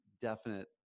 definite